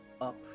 up